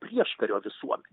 prieškario visuomenėj